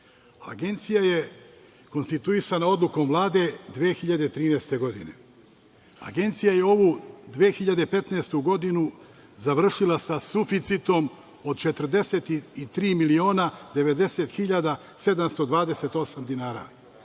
lukama. Agencija je konstituisana Odlukom Vlade 2013. godine. Agencija je ovu 2015. godinu završila sa suficitom od 43 miliona 90 hiljada 728 dinara.